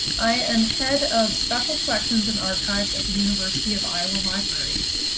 i am head of special collections and archives at the university of iowa libraries.